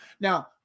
Now